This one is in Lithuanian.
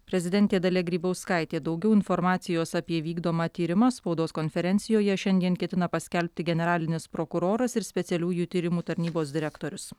prezidentė dalia grybauskaitė daugiau informacijos apie vykdomą tyrimą spaudos konferencijoje šiandien ketina paskelbti generalinis prokuroras ir specialiųjų tyrimų tarnybos direktorius